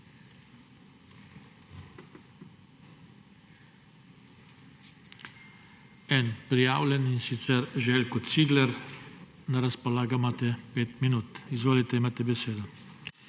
En prijavljeni, in sicer Željko Cigler. Na razpolago imate 5 minut. Izvolite, imate besedo.